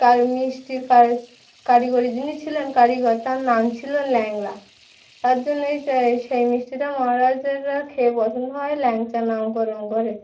কার মিষ্টির কার কারিগরী যিনি ছিলেন কারিগর তার নাম ছিল ল্যাংড়া তার জন্যে যে সেই মিষ্টিটা মহারাজাররা খেয়ে পছন্দ হয় ল্যাংচা নামকরণ করে